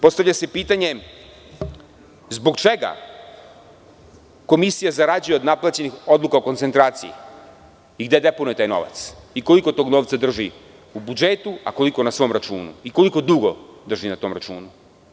Postavlja se pitanje zbog čega komisija zarađuje od naplaćenih odluka o koncentraciji i gde deponuje taj novac i koliko tog novca drži u budžetu, a koliko na svom računu i koliko dugo drži na tom računu?